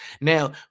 Now